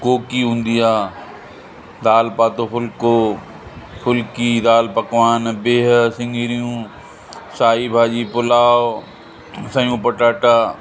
कोकी हूंदी आहे दालि पातो फुल्को फुल्की दालि पकवान बिहु सिङिरियूं साई भाॼी पुलाव सयूं पटाटा